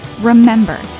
Remember